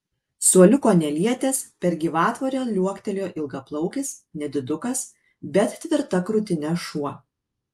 suoliuko nelietęs per gyvatvorę liuoktelėjo ilgaplaukis nedidukas bet tvirta krūtine šuo